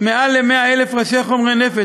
מעל ל-100,000 ראשי חומרי נפץ,